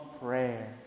prayer